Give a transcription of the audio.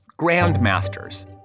grandmasters